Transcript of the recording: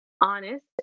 honest